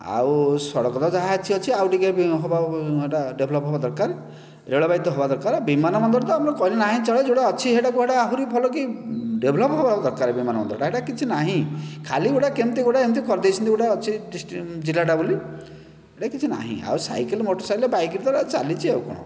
ଆଉ ସଡ଼କ ତ ଯାହା ଅଛି ଅଛି ଆଉ ଟିକେ ହେବା ସେଇଟା ଡେଭଲପ ହେବା ଦରକାର ରେଳବାଇ ତ ହେବା ଦରକାର ବିମାନ ବନ୍ଦର ତ ଆମର କହିଲେ ନାହିଁ କହିଲେ ଚଳେ ଯେଉଁଟା ଅଛି ସେଟା ଆହୁରି ଭଲ କି ଡେଭଲପ ହେବା ଦରକାର ବିମାନ ବନ୍ଦରଟା ସେଇଟା କିଛି ନାହିଁ ଖାଲି ଗୋଟେ କେମିତି ଗୋଟେ ଏମତି କରିଦେଇଛନ୍ତି ଗୋଟେ ଅଛି ଜିଲ୍ଲାଟା ବୋଲି ସେଟା କିଛି ନାହିଁ ଆଉ ସାଇକେଲ ମଟର ସାଇକେଲ ବାଇକ ତ ଚାଲିଛି ଆଉ କଣ